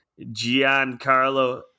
Giancarlo